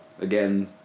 again